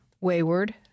Wayward